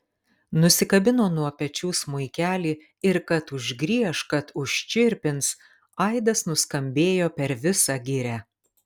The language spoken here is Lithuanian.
nusikabino nuo pečių smuikelį ir kad užgrieš kad užčirpins aidas nuskambėjo per visą girią